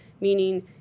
meaning